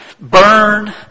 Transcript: burn